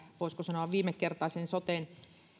voisiko sanoa viimekertaisen soten